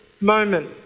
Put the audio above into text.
moment